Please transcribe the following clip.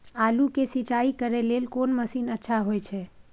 आलू के सिंचाई करे लेल कोन मसीन अच्छा होय छै?